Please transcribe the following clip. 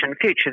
future